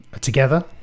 Together